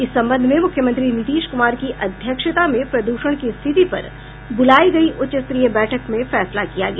इस संबंध में मूख्यमंत्री नीतीश क्मार की अध्यक्षता में प्रद्रषण की स्थिति पर ब्रलायी गयी उच्च स्तरीय बैठक में फैसला किया गया